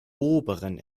oberen